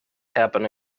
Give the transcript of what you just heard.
happen